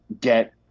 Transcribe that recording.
get